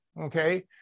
okay